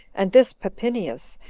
and this papinius,